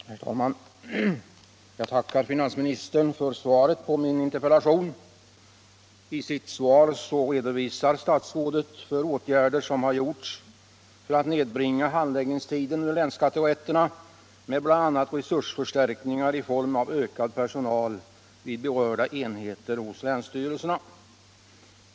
Herr talman! Jag tackar finansministern för svaret på min interpellation. I sitt svar redovisar statsrådet åtgärder som har vidtagits för att nedbringa handläggningstiden vid länsskatterätterna med bl.a. resursförstärkningar i form av ökad personal vid berörda enheter hos länsstyrelserna.